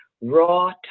raw